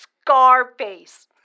Scarface